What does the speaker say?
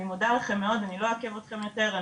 אני מודה לכם מאוד ואני לא אעכב אתכם יותר.